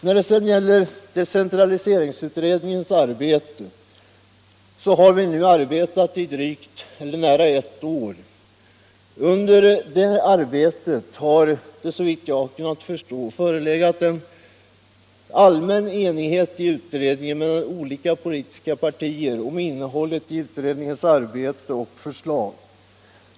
Vad sedan gäller decentraliseringsutredningens arbete har den utredningen nu arbetat i nära ett år, och under det arbetet har det såvitt jag förstår förelegat allmän enighet mellan olika politiska partier om innehållet i utredningens arbete och förslag.